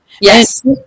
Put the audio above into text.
yes